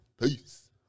Peace